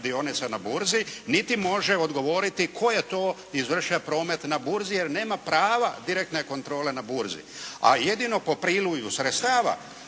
niti može odgovoriti tko je to izvršio promet na burzi, jer nema prava direktne kontrole na burzi. A jedino po prilivu sredstava,